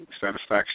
satisfaction